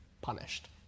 punished